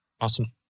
Awesome